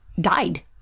died